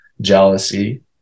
jealousy